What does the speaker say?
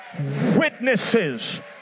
witnesses